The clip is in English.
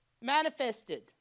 Manifested